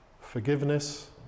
forgiveness